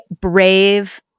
brave